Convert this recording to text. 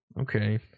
okay